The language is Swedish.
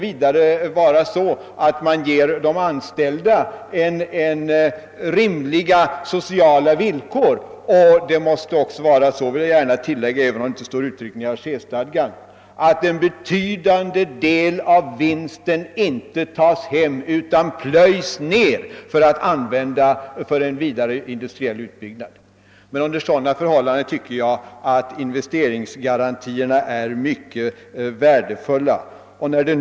Vidare måste man ge de anställda rimliga sociala villkor, och jag vill gärna tillägga — även om det inte uttryckligen står i Algerstadgan — att en betydande del av vinsten inte skall tas hem utan plöjas ned för att användas för vidare industriell utbyggnad. Under sådana förhållanden tycker jag att investeringsgarantierna är mycket värdefulla.